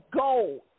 gold